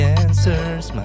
answers